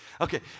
Okay